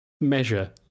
measure